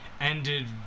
ended